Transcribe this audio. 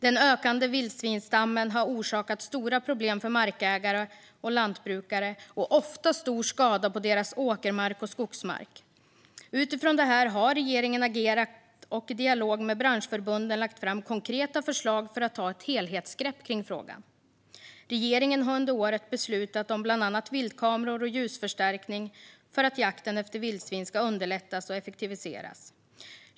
Den ökande vildsvinsstammen har orsakat stora problem för markägare och lantbrukare och ofta stor skada på deras åkermark och skogsmark. Utifrån detta har regeringen agerat och i dialog med branschförbunden lagt fram konkreta förslag för att ta ett helhetsgrepp kring frågan. Regeringen har under året beslutat om bland annat viltkameror och ljusförstärkning för att jakten efter vildsvin ska underlättas och effektiviseras.